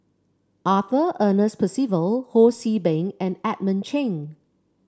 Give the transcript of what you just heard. Arthur Ernest Percival Ho See Beng and Edmund Cheng